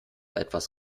etwas